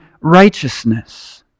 righteousness